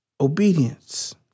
Obedience